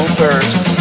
first